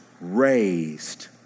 raised